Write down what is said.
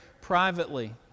privately